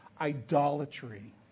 idolatry